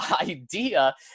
idea